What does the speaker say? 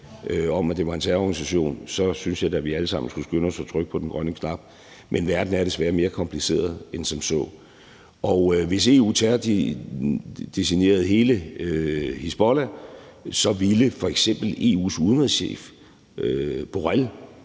om, at det var en terrororganisation, så synes jeg da, at vi alle sammen skulle skynde os at trykke på den grønne knap. Men verden er desværre mere kompliceret end som så, og hvis EU terrordesignerede hele Hizbollah, ville f.eks. EU's udenrigschef, Josep